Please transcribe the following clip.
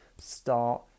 start